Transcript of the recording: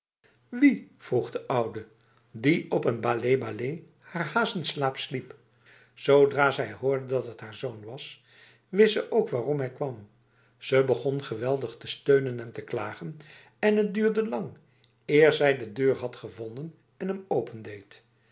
wie vroeg de oude die op een balé balé haar hazenslaap sliep zodra zij hoorde dat t haar zoon was wist ze ook waarom hij kwam ze begon geweldig te steunen en te klagen en het duurde lang eer zij de deur had gevonden en hem opendeed